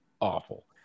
awful